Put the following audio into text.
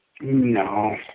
No